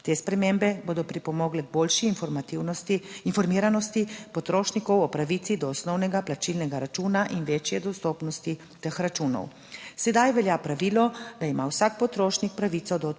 Te spremembe bodo pripomogle k boljši informativnosti, informiranosti potrošnikov o pravici do osnovnega plačilnega računa in večje dostopnosti teh računov. Sedaj velja pravilo, da ima vsak potrošnik pravico do odprtja